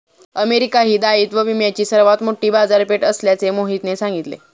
America ही दायित्व विम्याची सर्वात मोठी बाजारपेठ असल्याचे मोहितने सांगितले